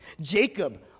Jacob